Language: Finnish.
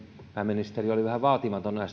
pääministeri oli vähän vaatimaton